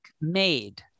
made